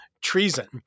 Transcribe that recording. Treason